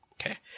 Okay